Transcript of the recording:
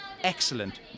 excellent